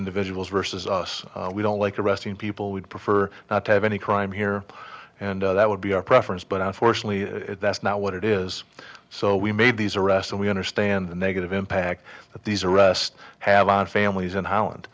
individuals versus us we don't like arresting people we'd prefer not to have any crime here and that would be our preference but unfortunately that's not what it is so we made these arrests and we understand the negative impact that these arrests have on families and how and